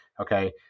Okay